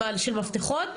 זה של מפתחות?